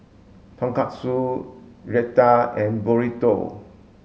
Tonkatsu Raita and Burrito